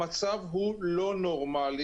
המצב הוא לא נורמלי.